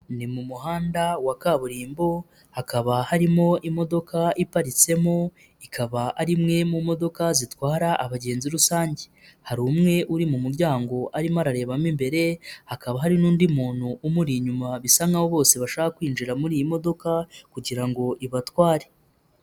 Ni mu muhanda wa kaburimbo, hakaba harimo imodoka iparitsemo, ikaba ari imwe mu modoka zitwara abagenzi rusange, hari umwe uri mu muryango arimo ararebamo imbere, hakaba hari n'undi muntu umuri inyuma, bisa nk'aho bose bashaka kwinjira muri iyi modoka kugira ngo ibatware.